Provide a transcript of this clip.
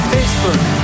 Facebook